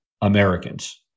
Americans